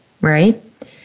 right